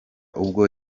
ubwo